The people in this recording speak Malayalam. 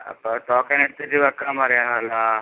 അപ്പോൾ ടോക്കൺ എടുത്തിട്ട് വയ്ക്കാൻ പറയണമല്ലോ